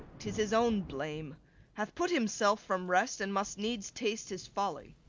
tis his own blame hath put himself from rest and must needs taste his folly.